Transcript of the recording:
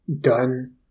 done